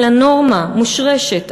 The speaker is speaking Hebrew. אלא נורמה מושרשת,